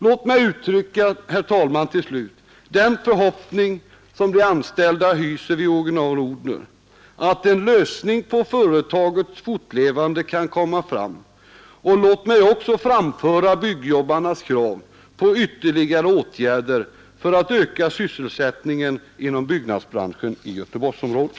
Låt mig till slut, herr talman, uttrycka den förhoppning som de anställda vid Original-Odhner hyser, nämligen att en lösning i fråga om företagets fortlevnad kan komma fram, och låt mig också framföra byggjobbarnas: krav på ytterligare åtgärder för att öka sysselsättningen inom byggnadsbranschen i Göteborgsområdet.